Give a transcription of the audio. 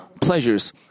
pleasures